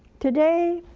today,